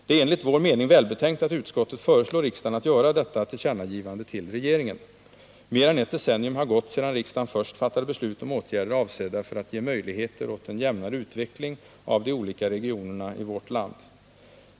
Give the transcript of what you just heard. Det är enligt vår mening välbetänkt att utskottet föreslår riksdagen att göra detta tillkännagivande till regeringen. Mer än ett decennium har gått sedan riksdagen först fattade beslut om åtgärder avsedda för att ge möjligheter till en jämnare utveckling av de olika regionerna i vårt land.